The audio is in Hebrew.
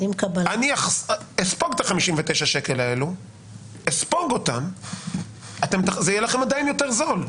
אני אספוג את אותם 59 שקל זה יהיה לכם עדיין יותר זול.